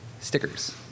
stickers